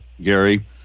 Gary